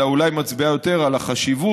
אלא אולי מצביעה יותר על החשיבות,